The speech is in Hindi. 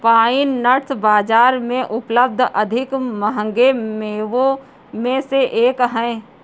पाइन नट्स बाजार में उपलब्ध अधिक महंगे मेवों में से एक हैं